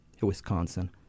Wisconsin